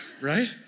right